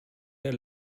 der